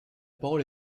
parole